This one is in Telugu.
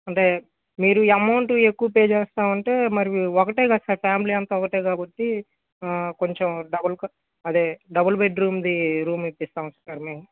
అంటే మీరు అమౌంట్ ఎక్కువ పే చేస్తాం అంటే మరి ఒకటే కదా సార్ ఫ్యామిలీ అంతా ఒకటే కాబట్టి కొంచం డబల్ అదే డబల్ బెడ్ రూమ్ ది రూమ్ ఇప్పిస్తాం సార్ మేము